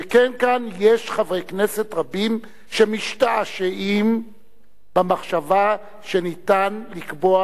שכן כאן יש חברי כנסת רבים שמשתעשעים במחשבה שאפשר לקבוע